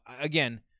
again